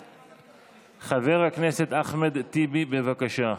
חבר הכנסת אחמד טיבי, בבקשה.